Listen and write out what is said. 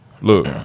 look